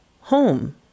home